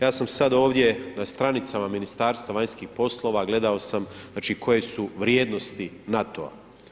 Ja sam sad ovdje na stranicama Ministarstva vanjskih poslova, gledao sam znači koje su vrijednosti NATO-a.